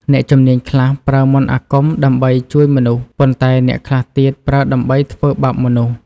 អ្នកជំនាញខ្លះប្រើមន្តអាគមដើម្បីជួយមនុស្ស ប៉ុន្តែអ្នកខ្លះទៀតប្រើដើម្បីធ្វើបាបមនុស្ស។